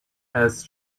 else